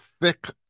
thick